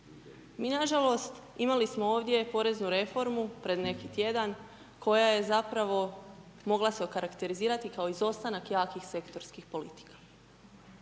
Mi nažalost, imali smo ovdje poreznu reformu pred neki tjedan koja je zapravo, mogla se okarakterizirati kao izostanak jakih sektorskih politika.